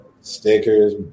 Stickers